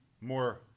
more